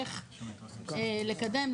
איך לקדם,